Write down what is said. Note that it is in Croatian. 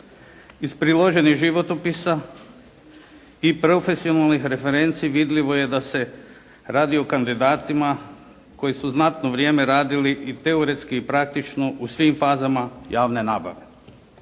Iz priloženih životopisa i profesionalnih referenci vidljivo je da se radi o kandidatima koji su znatno vrijeme radili i teoretski i praktično u svim fazama javne nabave.